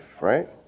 right